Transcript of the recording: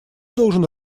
должен